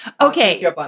Okay